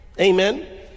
amen